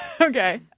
Okay